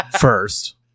First